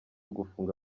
gufunga